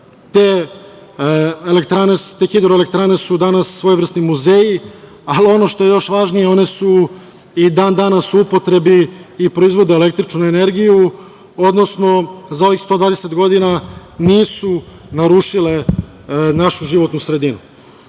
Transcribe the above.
te hidroelektrane su danas svojevrsni muzeji, ali ono što je još važnije, one su i dan-danas u upotrebi i proizvode električnu energiju, odnosno za ovih 120 godina nisu narušile našu životnu sredinu.